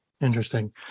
interesting